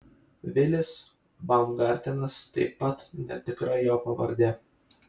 vilis baumgartenas taip pat netikra jo pavardė